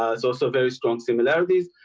ah it's also very strong similarities ah,